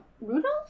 Rudolph